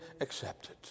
accepted